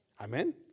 Amen